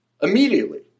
Immediately